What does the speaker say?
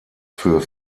für